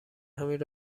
همین